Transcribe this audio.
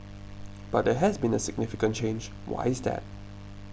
but there has been a significant change why is that